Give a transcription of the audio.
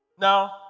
Now